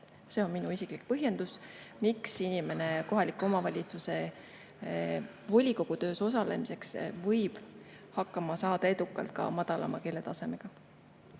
See on minu isiklik põhjendus: inimene kohaliku omavalitsuse volikogu töös osalemiseks võib edukalt hakkama saada ka madalama keeletasemega.